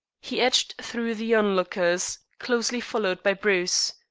he edged through the onlookers, closely followed by bruce.